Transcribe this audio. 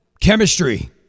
Chemistry